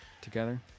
together